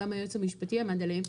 וגם היועץ המשפטי עמד עליהם,